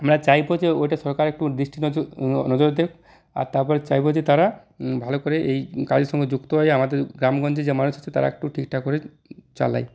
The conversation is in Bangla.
আমরা চাইবো যে ওটা সরকার একটু দৃষ্টি নজর নজর দিক আর তারপর চাইবো যে তারা ভালো করে এই কাজের সঙ্গে যুক্ত হয়ে আমাদের গ্রাম গঞ্জের যে মানুষের সাথে তারা একটু ঠিকঠাক করে চালাই